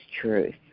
truth